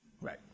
Right